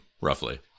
roughly